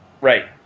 Right